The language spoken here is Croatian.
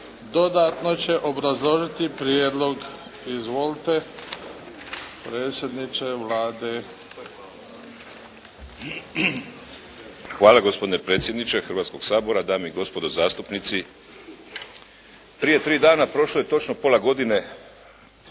dodatno će obrazložiti prijedlog. Izvolite predsjedniče Vlade. **Sanader, Ivo (HDZ)** Hvala gospodine predsjedniče Hrvatskoga sabora, dame i gospodo zastupnici. Prije tri dana prošlo je točno pola godine, pola